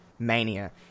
Mania